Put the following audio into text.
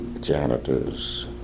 janitors